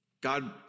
God